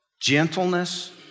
Gentleness